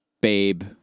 babe